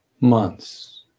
months